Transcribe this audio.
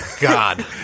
God